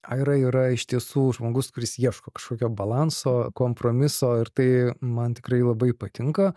aira yra iš tiesų žmogus kuris ieško kažkokio balanso kompromiso ir tai man tikrai labai patinka